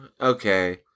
okay